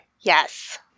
Yes